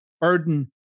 burden